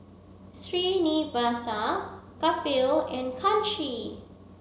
Srinivasa Kapil and Kanshi